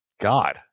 god